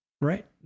Right